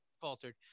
Faltered